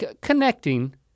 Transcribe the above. connecting